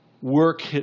work